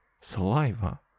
saliva